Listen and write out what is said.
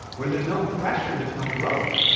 where there's no pressure, there's no growth.